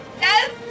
Yes